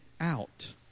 out